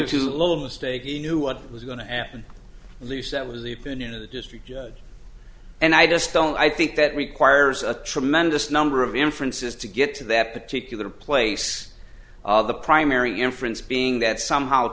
a little mistake he knew what was going to happen least that was the opinion of the district judge and i just don't i think that requires a tremendous number of inferences to get to that particular place of the primary inference being that somehow